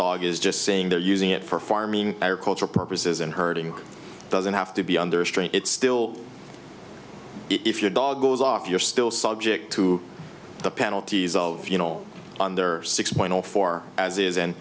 dog is just saying they're using it for farming agricultural purposes and herding doesn't have to be under strain it's still if your dog goes off you're still subject to the penalties of you know under six point zero four as is and